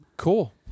cool